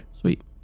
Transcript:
Sweet